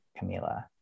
Camila